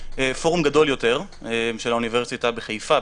פורום גדול יותר של האוניברסיטה בחיפה,